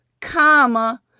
comma